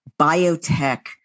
biotech